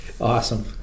Awesome